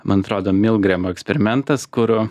man atrodo milgremo eksperimentas kur